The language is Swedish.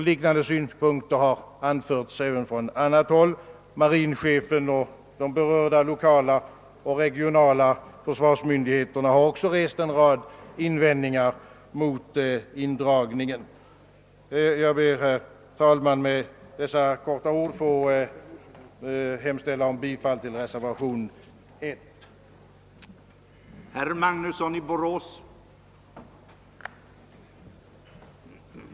Liknande synpunkter har anförts även från annat håll — marinchefen och de berörda lokala och regionala försvarsmyndigheterna har också rest en rad invändningar mot indragningen. Jag ber, herr talman, med dessa få ord få hemställa om bifall till reservation 1.